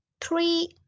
three